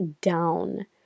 down